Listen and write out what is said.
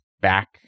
back